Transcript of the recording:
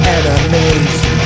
Enemies